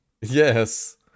Yes